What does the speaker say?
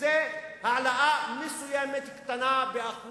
הוא העלאה מסוימת, קטנה, בשיעור